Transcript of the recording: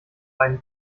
einen